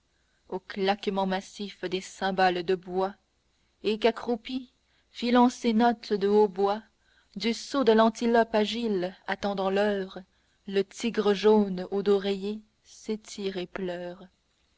au claquement massif des cymbales de bois et qu'accroupi filant ses notes de hautbois du saut de l'antilope agile attendant l'heure le tigre jaune au dos rayé s'étire et pleure